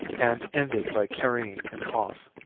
and ended by carrying him off.